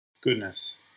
Goodness